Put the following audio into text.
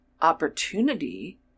opportunity